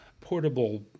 portable